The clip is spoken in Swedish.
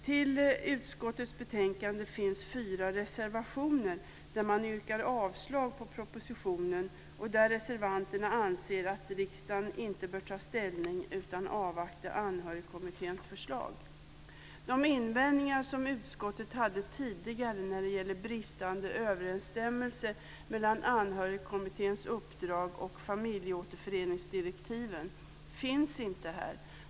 Till utskottets betänkande finns fyra reservationer där man yrkar avslag på propositionen och där reservanterna anser att riksdagen inte bör ta ställning utan avvakta Anhörigkommitténs förslag. De invändningar som utskottet hade tidigare när det gällde bristande överensstämmelse mellan Anhörigkommitténs uppdrag och familjeåterföreningsdirektiven finns inte här.